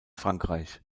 frankreich